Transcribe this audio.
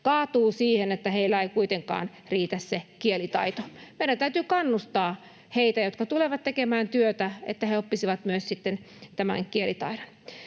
kaatuu siihen, että heillä ei kuitenkaan riitä kielitaito. Meidän täytyy kannustaa heitä, jotka tulevat tekemään työtä, että he oppisivat myös kielitaidon.